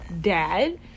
dad